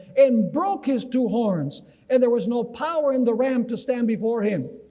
and brake his two horns and there was no power in the ram to stand before him,